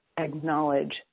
Acknowledge